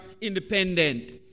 independent